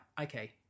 okay